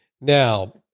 Now